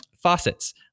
faucets